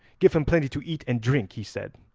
give him plenty to eat and drink he said,